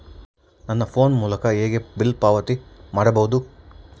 ನನ್ನ ಫೋನ್ ಮೂಲಕ ಹೇಗೆ ಬಿಲ್ ಪಾವತಿ ಮಾಡಬಹುದು?